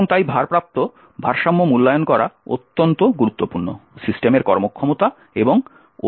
এবং তাই প্রাপ্ত ভারসাম্য মূল্যায়ন করা অত্যন্ত গুরুত্বপূর্ণ সিস্টেমের কর্মক্ষমতা এবং অর্জিত নিরাপত্তার মধ্যে